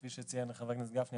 כפי שציין חבר הכנסת גפני,